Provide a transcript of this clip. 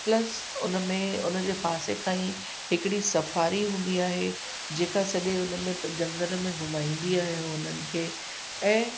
plus उन में उन जे पासे खां ई हिकिड़ी सफ़ारी हूंदी आहे जेका सॼे उन में जंगल में घुमाईंदी आहे हुननि खे ऐं